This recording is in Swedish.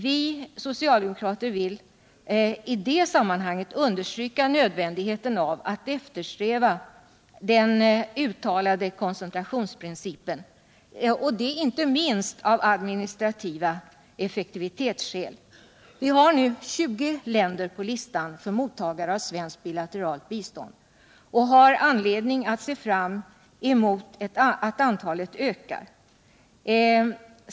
Vi socialdemokrater vill i det sammanhanget understryka nödvändigheten av att eftersträva den uttalade koncentrationsprincipen — och det inte minst av administrativa effektivitetsskäl. Vi har nu 20 länder på listan över mottagare av svenskt bilateralt bistånd och har anledning se fram emot att antalet ökar.